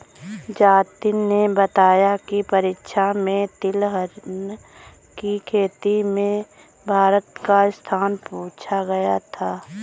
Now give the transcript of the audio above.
जतिन ने बताया की परीक्षा में तिलहन की खेती में भारत का स्थान पूछा गया था